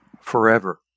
forever